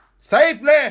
safely